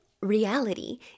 reality